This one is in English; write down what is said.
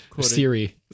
Siri